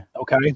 Okay